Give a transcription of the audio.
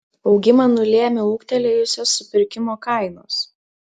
augimą nulėmė ūgtelėjusios supirkimo kainos